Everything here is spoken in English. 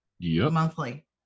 monthly